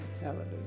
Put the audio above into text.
Hallelujah